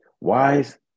Wise